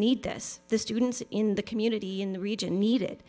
need this the students in the community in the region need it